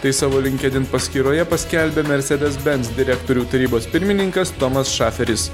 tai savo linkedin paskyroje paskelbė mersedes bens direktorių tarybos pirmininkas tomas šaferis